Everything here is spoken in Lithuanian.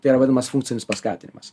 tai yra vadinamas funkcinis paskatinimas